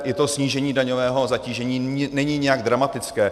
I to snížení daňového zatížení není nějak dramatické.